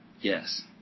Yes